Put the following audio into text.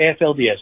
AFLDS